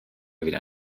wieder